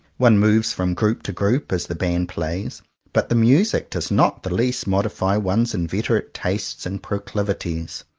one moves from group to group, as the band plays but the music does not the least modify one's inveterate tastes and proclivities.